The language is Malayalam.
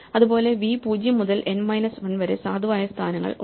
അതുപോലെ വി 0 മുതൽ N മൈനസ് 1 വരെ സാധുവായ സ്ഥാനങ്ങൾ ഉണ്ട്